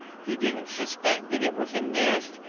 he didn't suspect that it was a nest,